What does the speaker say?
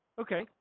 Okay